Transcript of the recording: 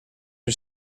are